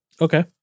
Okay